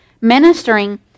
ministering